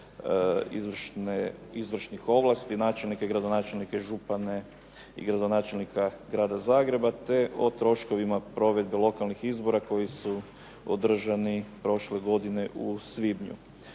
izvršnih ovlasti, načelnike i gradonačelnike, župane i gradonačelnika Grada Zagreba te o troškovima provedbe lokalnih izbora koji su održani prošle godine u svibnju.